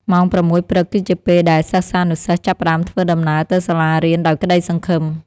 ម៉ោង៦ព្រឹកគឺជាពេលដែលសិស្សានុសិស្សចាប់ផ្តើមធ្វើដំណើរទៅសាលារៀនដោយក្តីសង្ឃឹម។